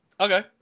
Okay